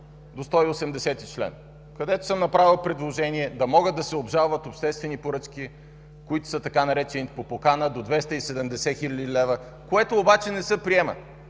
до чл. 180, където съм направил предложение да могат да се обжалват обществени поръчки, които са така наречените „по покана” до 270 хил. лв., което обаче не се приема.